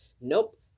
Nope